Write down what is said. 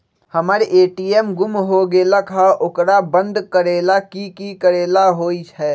हमर ए.टी.एम गुम हो गेलक ह ओकरा बंद करेला कि कि करेला होई है?